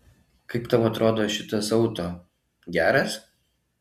kaip tau atrodo šitas auto geras